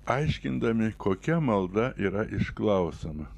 aiškindami kokia malda yra išklausoma